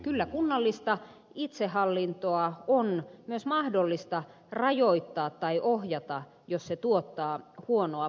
kyllä kunnallista itsehallintoa on myös mahdollista rajoittaa tai ohjata jos se tuottaa huonoa palvelua